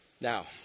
Now